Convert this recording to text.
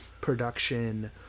production